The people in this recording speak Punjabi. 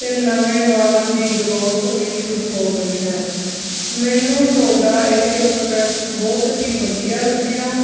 ਅਤੇ ਨਵੇਂ ਵਾਲਾਂ ਦੀ ਗਰੋਥ ਵੀ ਸ਼ੁਰੂ ਹੋ ਗਈ ਹੈ ਮੈਨੂੰ ਤੁਹਾਡਾ ਇਹ ਪ੍ਰੋਡਕਟ ਬਹੁਤ ਹੀ ਵਧੀਆ ਲੱਗਿਆ